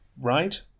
Right